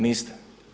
Niste.